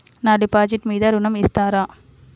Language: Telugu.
నా డిపాజిట్ మీద ఋణం ఇస్తారా?